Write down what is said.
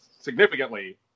significantly